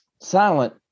silent